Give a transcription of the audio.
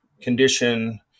condition